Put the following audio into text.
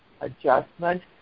adjustment